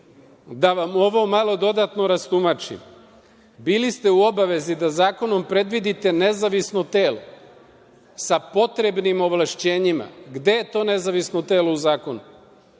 vam ovo malo dodatno rastumačim. Bili ste u obavezi da zakonom predvidite nezavisno telo sa potrebnim ovlašćenjima. Gde je to nezavisno telo u zakonu?